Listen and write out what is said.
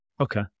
Okay